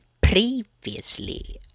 previously